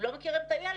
הם לא מכירים את הילד,